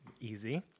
easy